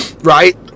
right